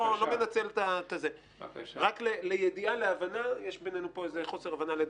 לידיעה, להבנה, לדעתי יש בינינו חוסר הבנה.